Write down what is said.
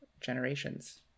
generations